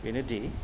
बेनोदि